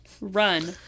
Run